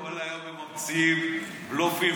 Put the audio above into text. כל היום הם ממציאים בלופים,